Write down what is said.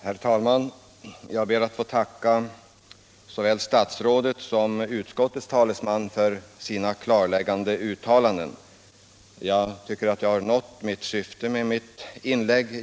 Herr talman! Jag ber att få tacka såväl statsrådet som utskottets talesman för deras klarläggande uttalanden. Genom deras svar tycker jag mig ha nått syftet med mitt inlägg.